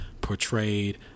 portrayed